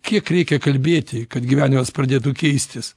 kiek reikia kalbėti kad gyvenimas pradėtų keistis